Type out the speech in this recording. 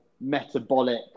metabolic